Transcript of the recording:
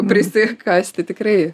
prisikasti tikrai